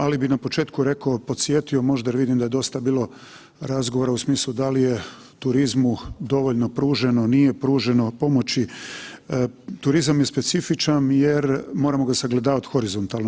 Ali bih na početku rekao, podsjetio možda jer vidim da je dosta bilo razgovora u smislu da li je turizmu dovoljno pruženo, nije pruženo pomoći, turizam je specifičan jer moramo ga sagledavati horizontalno.